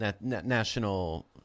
national